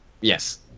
Yes